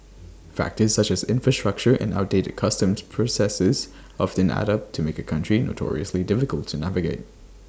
factors such as infrastructure and outdated customs processes often add up to make A country notoriously difficult to navigate